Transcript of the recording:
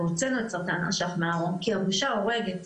והוצאנו את סרטן האשך מהארון כי הבושה הורגת.